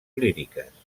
líriques